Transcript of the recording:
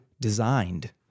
designed